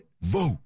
vote